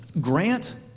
grant